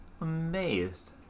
amazed